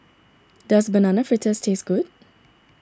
does Banana Fritters taste good